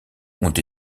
ont